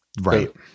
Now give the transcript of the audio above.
Right